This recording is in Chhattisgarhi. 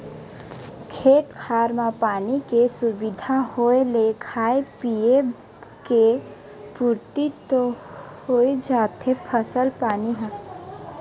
खेत खार म पानी के सुबिधा होय ले खाय पींए के पुरति तो होइ जाथे फसल पानी ह